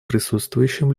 присутствующим